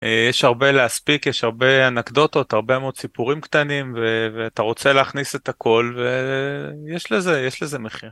יש הרבה להספיק יש הרבה אנקדוטות הרבה מאוד סיפורים קטנים ואתה רוצה להכניס את הכל ויש לזה מחיר.